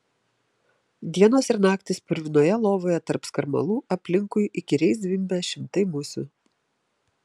dienos ir naktys purvinoje lovoje tarp skarmalų aplinkui įkyriai zvimbia šimtai musių